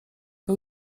był